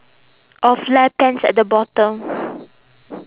or flare pants at the bottom